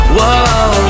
Whoa